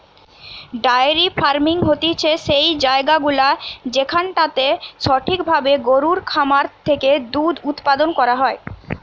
diary farming হতিছে সেই জায়গাগুলা যেখানটাতে সঠিক ভাবে গরুর খামার থেকে দুধ উপাদান করা হয়